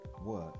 work